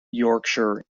yorkshire